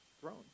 throne